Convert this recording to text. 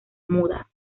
mudas